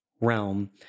realm